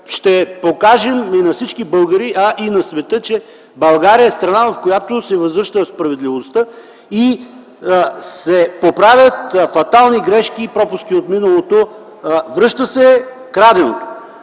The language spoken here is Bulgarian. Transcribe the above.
ще покажем на всички българи, а и на света, че България е страна, в която се възвръща справедливостта и се поправят фатални грешки и пропуски от миналото, връща се краденото.